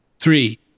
Three